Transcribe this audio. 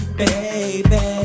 baby